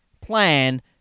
plan